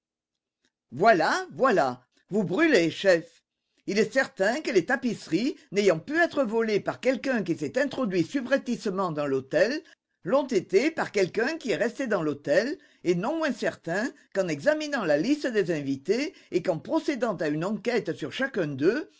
voilà voilà vous brûlez chef il est certain que les tapisseries n'ayant pu être volées par quelqu'un qui s'est introduit subrepticement dans l'hôtel l'ont été par quelqu'un qui est resté dans l'hôtel et non moins certain qu'en examinant la liste des invités et qu'en procédant à une enquête sur chacun d'eux